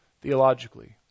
theologically